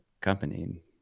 company